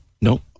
no